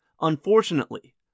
Unfortunately